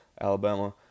Alabama